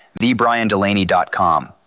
thebriandelaney.com